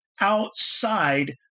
outside